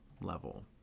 level